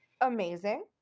Amazing